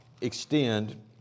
extend